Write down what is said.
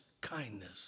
kindness